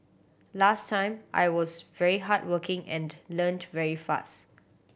last time I was very hard working and learnt very fast